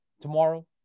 tomorrow